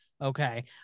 okay